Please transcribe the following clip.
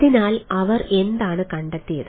അതിനാൽ അവർ എന്താണ് കണ്ടെത്തിയത്